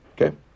Okay